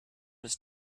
his